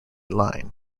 line